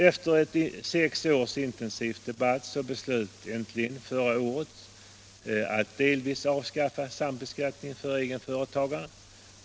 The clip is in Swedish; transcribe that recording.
Efter sex års intensiv debatt beslöt riksdagen äntligen förra året att delvis avskaffa sambeskattningen för egenföretagare.